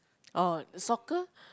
orh soccer